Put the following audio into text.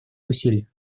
усилия